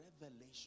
revelation